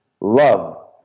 love